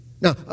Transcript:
Now